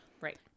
Right